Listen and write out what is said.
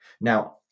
Now